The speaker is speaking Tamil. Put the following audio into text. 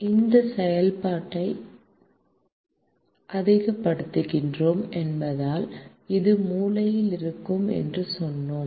நாம் இந்த செயல்பாட்டை அதிகப்படுத்துகிறோம் என்பதால் இது மூலையில் இருக்கும் என்று சொன்னோம்